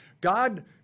God